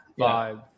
vibe